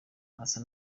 asa